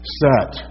set